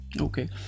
okay